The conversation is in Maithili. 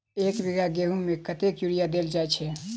एक बीघा गेंहूँ मे कतेक यूरिया देल जाय छै?